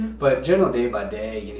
but general day by day,